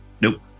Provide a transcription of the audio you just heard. Nope